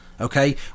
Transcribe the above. okay